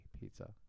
pizza